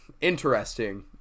interesting